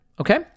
okay